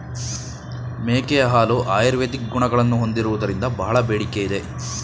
ಮೇಕೆಯ ಹಾಲು ಆಯುರ್ವೇದಿಕ್ ಗುಣಗಳನ್ನು ಹೊಂದಿರುವುದರಿಂದ ಬಹಳ ಬೇಡಿಕೆ ಇದೆ